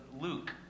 Luke